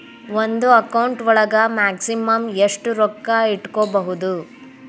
ಒಂದು ಅಕೌಂಟ್ ಒಳಗ ಮ್ಯಾಕ್ಸಿಮಮ್ ಎಷ್ಟು ರೊಕ್ಕ ಇಟ್ಕೋಬಹುದು?